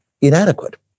inadequate